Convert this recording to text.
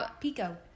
Pico